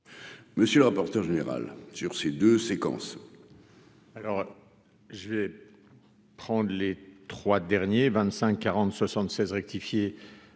Monsieur le rapporteur général sur ces 2 séquences. Alors je vais prendre les trois derniers 25 40 76 rectifié